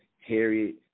Harriet